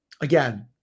again